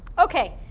ok,